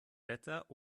wetter